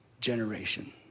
generation